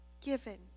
given